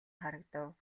харагдав